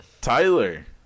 tyler